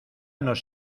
nos